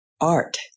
Art